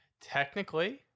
Technically